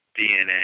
DNA